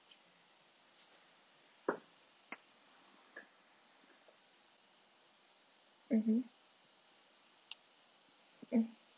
mmhmm mm